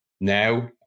now